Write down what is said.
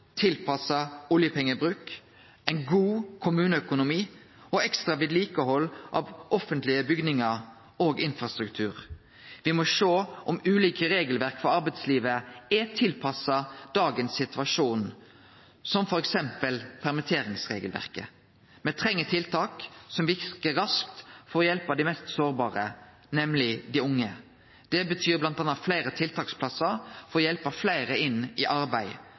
tilpassa oljepengebruk, ein god kommuneøkonomi og ekstra vedlikehald av offentlege bygningar og infrastruktur. Me må sjå om ulike regelverk for arbeidslivet er tilpassa dagens situasjon, som t.d. permitteringsregelverket. Me treng tiltak som verkar raskt, for å hjelpe dei mest sårbare, nemleg dei unge. Det betyr bl.a. fleire tiltaksplassar for å hjelpe fleire inn i arbeid,